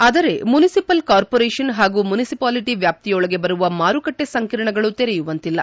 ಆದರೆ municipal corporation ಹಾಗೂ municipality ವ್ಯಾಪ್ತಿಯೊಳಗೆ ಬರುವ ಮಾರುಕಟ್ಟೆ ಸಂಕಿರ್ಣಗಳು ತೆರೆಯುವಂತಿಲ್ಲ